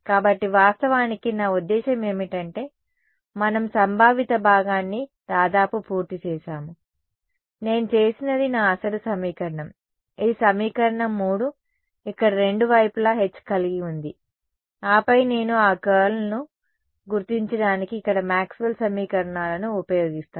కాబట్టి వాస్తవానికి నా ఉద్దేశ్యం ఏమిటంటే మనం సంభావిత భాగాన్ని దాదాపు పూర్తి చేశాము నేను చేసినది నా అసలు సమీకరణం ఇది సమీకరణం 3 ఇక్కడ రెండు వైపులా H కలిగి ఉంది ఆపై నేను ఆ కర్ల్ను గుర్తించడానికి ఇక్కడ మాక్స్వెల్ సమీకరణాలను ఉపయోగిస్తాను